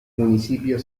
municipio